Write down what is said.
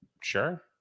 Sure